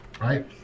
right